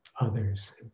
others